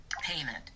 Payment